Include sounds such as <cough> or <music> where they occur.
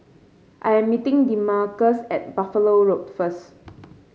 I'm meeting Demarcus at Buffalo Road first <noise>